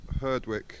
Herdwick